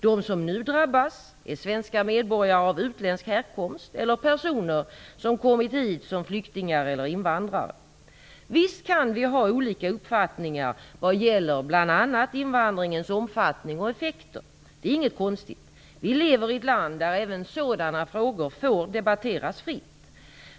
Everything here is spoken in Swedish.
De som nu drabbas är svenska medborgare av utländsk härkomst eller personer som kommit hit som flyktingar eller invandrare. Visst kan vi ha olika uppfattningar vad gäller bl.a. invandringens omfattning och effekter. Det är inte konstigt. Vi lever i ett land där även sådana frågor får debatteras fritt.